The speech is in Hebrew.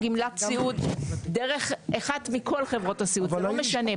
גמלת סיעוד דרך אחת מבין כל חברות הסיעוד; זה לא משנה.